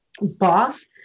boss